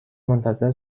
منتظر